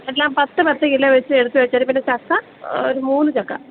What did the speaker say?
എല്ലാം പത്ത് പത്ത് കിലോ വെച്ച് എടുത്ത് വച്ചേര് പിന്നെ ചക്ക ഒരു മൂന്ന് ചക്ക